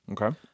Okay